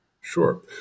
Sure